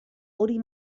hori